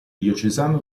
diocesano